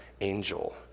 angel